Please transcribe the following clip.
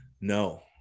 No